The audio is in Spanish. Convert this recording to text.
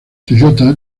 toyota